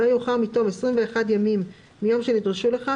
לא יאוחר מתום עשרים ואחד ימים מיום שנדרשו לכך,